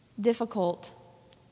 difficult